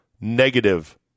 negative